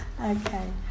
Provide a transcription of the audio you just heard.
Okay